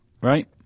right